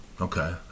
okay